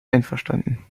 einverstanden